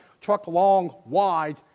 truck-long-wide